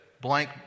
blank